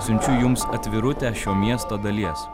siunčiu jums atvirutę šio miesto dalies